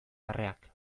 barreak